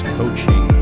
coaching